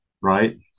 right